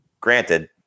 granted